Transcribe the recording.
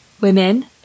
women